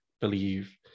believe